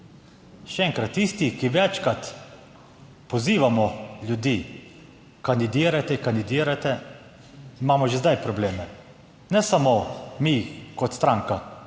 Še enkrat, tisti, ki večkrat pozivamo ljudi, kandidirajte, kandidirajte, imamo že zdaj probleme. Ne samo mi kot stranka,